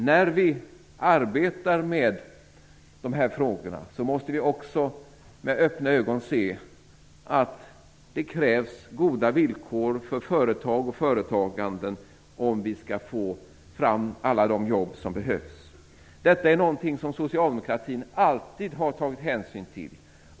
När vi arbetar med dessa frågor måste vi också med öppna ögon se att det krävs goda villkor för företag och företagande, om vi skall få fram alla de jobb som behövs. Detta är någonting som socialdemokratin alltid har tagit hänsyn till.